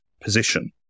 position